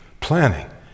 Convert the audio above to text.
planning